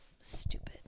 Stupid